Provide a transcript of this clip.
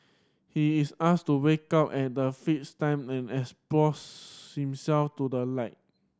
he is asked to wake up at the fixed time and expose himself to the light